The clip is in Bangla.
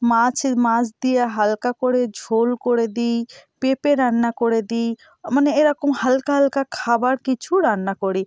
মাছের মাছ দিয়ে হালকা করে ঝোল করে দিই পেঁপে রান্না করে দিই মানে এরকম হালকা হালকা খাবার কিছু রান্না করি